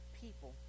people